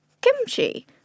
kimchi